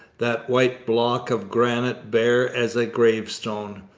that white block of granite bare as a gravestone.